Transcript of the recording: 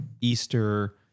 Easter